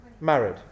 married